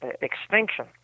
extinction